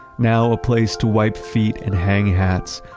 now, a place to wipe feet and hang hats,